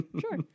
sure